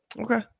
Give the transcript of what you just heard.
Okay